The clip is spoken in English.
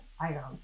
items